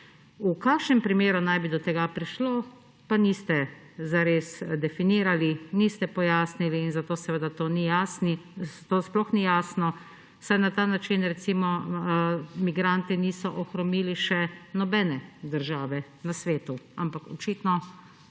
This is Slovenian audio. V kakšnem primeru naj bi do tega prišlo, pa niste zares definirali, niste pojasnili in zato to sploh ni jasno, saj na ta način, recimo, migranti niso ohromili še nobene države na svetu, ampak očitno